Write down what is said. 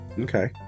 okay